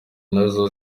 nazo